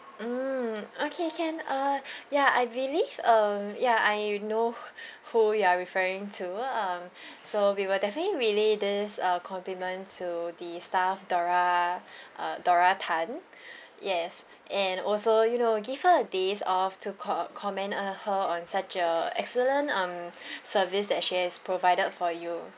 mm okay can uh ya I believe um ya I know wh~ who you are referring to um so we will definitely relay this uh compliment to the staff dora uh dora tan yes and also you know give her a day's off to co~ commend uh her on such a excellent um service that she has provided for you